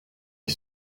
est